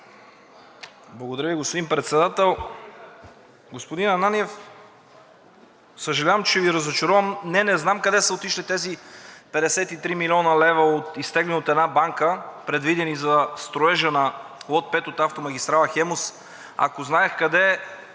Благодаря Ви, господин Председател. Господин Ананиев, съжалявам, че ще Ви разочаровам. Не, не знам къде са отишли тези 53 млн. лв., изтеглени от една банка, предвидени за строежа на лот 5 от автомагистрала „Хемус“. Ако знаех къде,